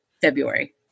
February